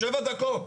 40 דקות.